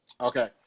okay